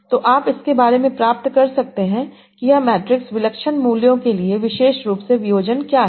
तो आप इसके बारे में प्राप्त कर सकते हैं कि यह मैट्रिक्स विलक्षण मूल्यों के लिए विशेष रूप से वियोजन क्या है